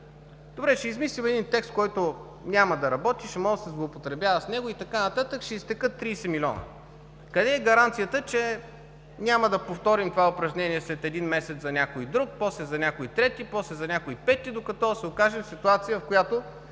Добре, ще измислим един текст, който няма да работи, ще може да се злоупотребява с него и така нататък, ще изтекат 30 милиона. Къде е гаранцията, че няма да повторим това упражнение след един месец за някой друг, после за някой трети, после за някой пети, докато се окажем ситуация, в която